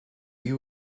you